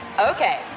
Okay